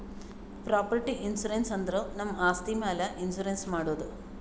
property insurance ಅಂದುರ್ ನಮ್ ಆಸ್ತಿ ಮ್ಯಾಲ್ ಇನ್ಸೂರೆನ್ಸ್ ಮಾಡದು